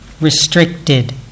restricted